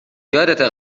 یادته